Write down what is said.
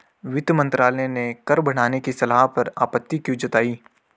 वित्त मंत्रालय ने कर बढ़ाने की सलाह पर आपत्ति क्यों जताई?